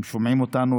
הם שומעים אותנו,